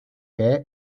que